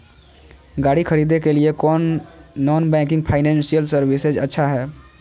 गाड़ी खरीदे के लिए कौन नॉन बैंकिंग फाइनेंशियल सर्विसेज अच्छा है?